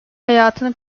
hayatını